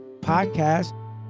podcast